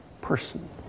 person